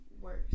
worse